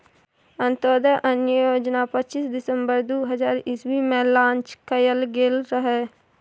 अंत्योदय अन्न योजना पच्चीस दिसम्बर दु हजार इस्बी मे लांच कएल गेल रहय